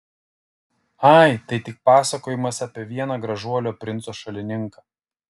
ai tai tik pasakojimas apie vieną gražuolio princo šalininką